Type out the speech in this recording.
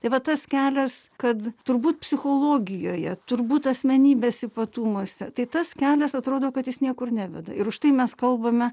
tai vat tas kelias kad turbūt psichologijoje turbūt asmenybės ypatumuose tai tas kelias atrodo kad jis niekur neveda ir užtai mes kalbame